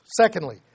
Secondly